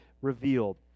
revealed